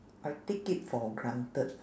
I take it for granted